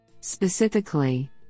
Specifically